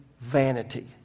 vanity